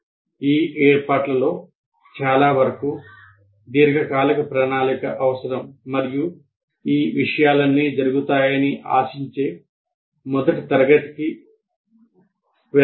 ఈ ఏర్పాట్లలో చాలా వరకు దీర్ఘకాలిక ప్రణాళిక అవసరం మరియు ఈ విషయాలన్నీ జరుగుతాయని ఆశించే మొదటి తరగతికి వెళ్ళలేరు